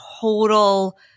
total